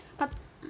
but